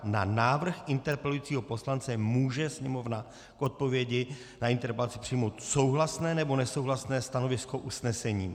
Na návrh interpelujícího poslance může Sněmovna k odpovědi na interpelaci přijmout souhlasné nebo nesouhlasné stanovisko usnesením.